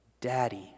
Daddy